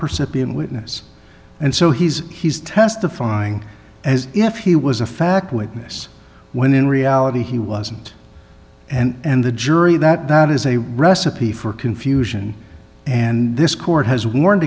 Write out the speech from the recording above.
perception witness and so he's he's testifying as if he was a fact witness when in reality he wasn't and the jury that that is a recipe for confusion and this court has warned